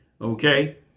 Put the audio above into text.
okay